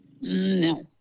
No